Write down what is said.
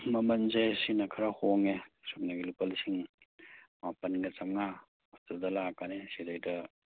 ꯃꯃꯟꯁꯦ ꯁꯤꯅ ꯈꯔ ꯍꯣꯡꯉꯦ ꯁꯨꯞꯅꯒꯤ ꯂꯨꯄꯥ ꯂꯤꯁꯤꯡ ꯃꯄꯟꯒ ꯆꯥꯝꯃꯉꯥ ꯑꯗꯨꯗ ꯂꯥꯛꯀꯅꯤ ꯁꯤꯗꯩꯗ